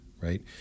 Right